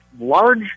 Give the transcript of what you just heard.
large